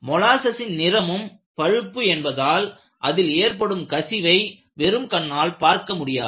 மொலாசஸின் நிறமும் பழுப்பு என்பதால் அதில் ஏற்படும் கசிவை வெறும் கண்ணால் பார்க்க முடியாது